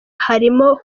harimo